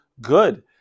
good